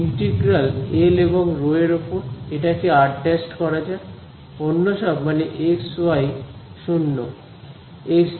integral L এবং ρ এর ওপর এটাকে r ′ করা যাক অন্যসব মানে x y 0